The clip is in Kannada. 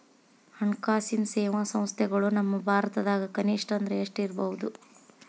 ಹಣ್ಕಾಸಿನ್ ಸೇವಾ ಸಂಸ್ಥೆಗಳು ನಮ್ಮ ಭಾರತದಾಗ ಕನಿಷ್ಠ ಅಂದ್ರ ಎಷ್ಟ್ ಇರ್ಬಹುದು?